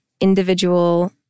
individual